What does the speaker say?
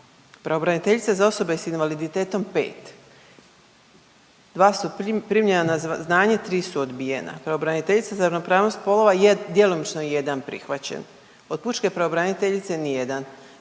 Pravobraniteljica za osobe s invaliditetom 5, 2 su primljena na znanje, 3 su odbijena. Pravobraniteljica za ravnopravnost spolova 1, djelomično je 1 prihvaćen. Od pučke pravobraniteljice nijedan.